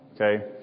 Okay